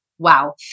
wow